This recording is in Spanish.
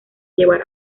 llevar